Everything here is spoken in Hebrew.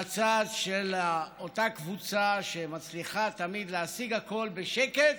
מהצד של אותה קבוצה שמצליחה תמיד להשיג הכול בשקט,